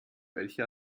welche